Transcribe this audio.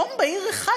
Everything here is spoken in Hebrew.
יום בהיר אחד,